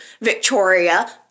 Victoria